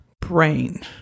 brain